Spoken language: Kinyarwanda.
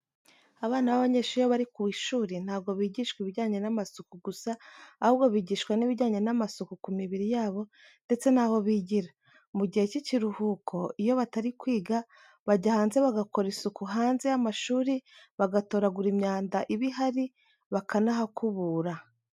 Abana b'abanyeshuri iyo bari ku ishuri ntago bigishwa ibijyanye n'amasuku gusa, ahubwo bigishwa n'ibijyanye n'amasuku ku mibiriri yabo ndetse naho bigira. Mugihe cy'ikiruhuko iyo batari kwiga, bajya hanze bagakora isuku hanze y'amashuri, bagatoragura imyanda iba ihari, bakanakubura.